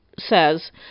says